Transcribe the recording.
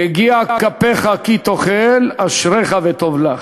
יגיע כפיך כי תאכל, אשריך וטוב לך.